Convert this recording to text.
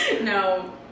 No